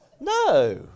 No